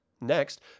Next